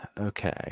Okay